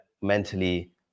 mentally